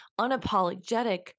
unapologetic